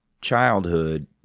childhood